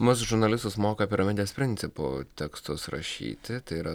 mus žurnalistus moka piramidės principu tekstus rašyti tai yra